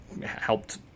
helped